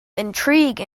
intrigue